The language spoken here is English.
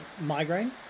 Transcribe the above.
migraine